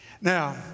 Now